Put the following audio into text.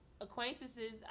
acquaintances